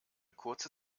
kurze